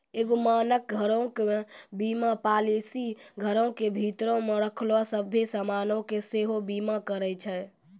एगो मानक घरो के बीमा पालिसी घरो के भीतरो मे रखलो सभ्भे समानो के सेहो बीमा करै छै